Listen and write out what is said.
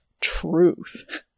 truth